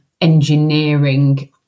engineering